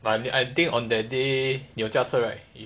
but I think on that day 你有驾车 right